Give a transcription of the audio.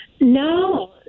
No